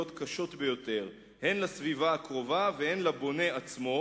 קשות ביותר הן לסביבה הקרובה והן לבונה עצמו,